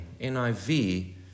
NIV